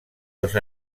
dos